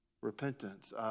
repentance